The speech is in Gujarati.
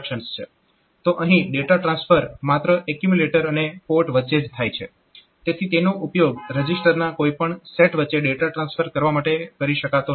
તો અહીં ડેટા ટ્રાન્સફર માત્ર એક્યુમ્યુલેટર અને પોર્ટ વચ્ચે જ થાય છે તેથી તેનો ઉપયોગ રજીસ્ટરના કોઈ પણ સેટ વચ્ચે ડેટા ટ્રાન્સફર કરવા માટે કરી શકાતો નથી